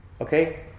Okay